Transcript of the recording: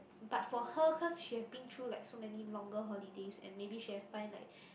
but for her cause she had been through like so many longer holidays and maybe she had find like